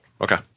Okay